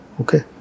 Okay